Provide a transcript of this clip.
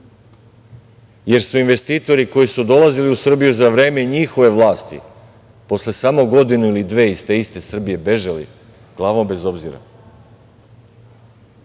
jer su investitori koji su dolazili u Srbiju za vreme njihove vlasti, posle samo godinu ili dve iz te iste Srbije bežali glavom bez obzira. Evo,